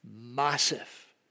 massive